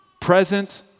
present